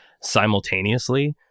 Simultaneously